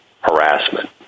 harassment